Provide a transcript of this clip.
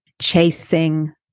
chasing